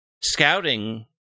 scouting